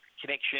connection